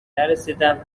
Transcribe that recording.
نرسیدن